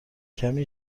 کمی